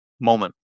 moment